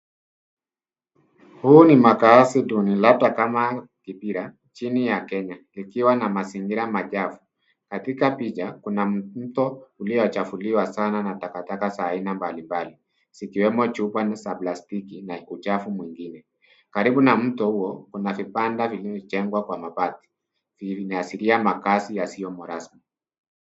Huu ni makaazi duni labda kama Kibera, nchini ya Kenya, likiwa na mazingira machafu. Katika picha, kuna mto uliochafuliwa sana na takataka za aina mbalimbali zikiwemo chupa za plastiki na uchafu mwingine. Karibu na mto huo kuna vibanda vilivyojengwa kwa mabati vinaashiria makaazi yasiyomo rasmi.